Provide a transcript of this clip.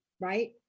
Right